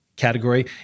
Category